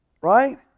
right